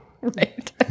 Right